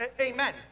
Amen